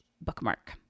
Bookmark